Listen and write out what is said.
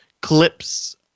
clips